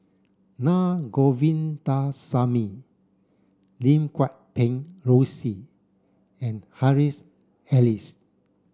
Na Govindasamy Lim Guat Kheng Rosie and Harry's Elias